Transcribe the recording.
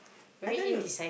I tell you